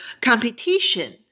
competition